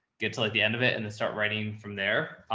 get to like the end of it and then start writing from there.